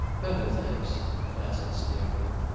better, thanks. bassett stared at him.